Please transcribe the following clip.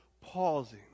pausing